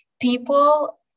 people